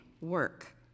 work